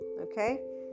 okay